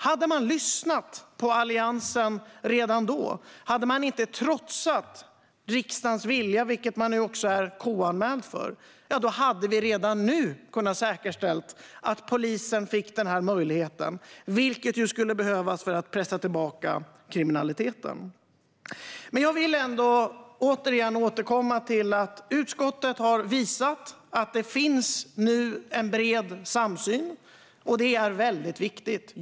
Hade regeringen lyssnat på Alliansen redan då och inte trotsat riksdagens vilja - vilket man nu är KU-anmäld för - hade vi redan nu kunnat säkerställa att polisen får den här möjligheten, vilket skulle behövas för att pressa tillbaka kriminaliteten. Jag vill ändå återkomma till att utskottet har visat att det nu finns bred samsyn, vilket är väldigt viktigt.